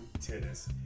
Tennis